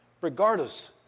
regardless